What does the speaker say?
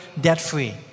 debt-free